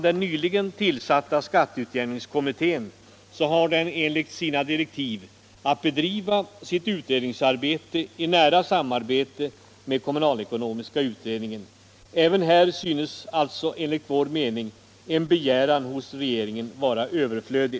Den nyligen tillsatta skatteutjämningskorimittén har enligt direktiven att bedriva sitt utredningsarbete i nära samarbete med kommunalekonomiska utredningen. Även här synes alltså enligt vår mening en begäran hos regeringen vara överflödig.